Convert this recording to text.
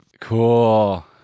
Cool